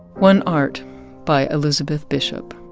one art by elizabeth bishop